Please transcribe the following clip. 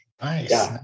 Nice